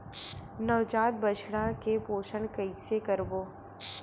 नवजात बछड़ा के पोषण कइसे करबो?